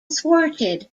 thwarted